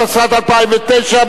התשס"ט 2009,